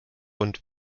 und